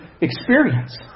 experience